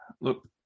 look